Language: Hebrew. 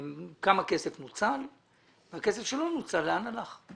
וכמה כסף נוצל, והכסף שלא נוצל, לאן הוא הלך.